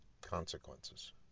consequences